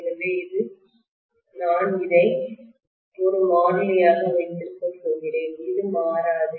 எனவே நான் இதை ஒரு மாறிலியாக வைத்திருக்கப் போகிறேன் இது மாறாது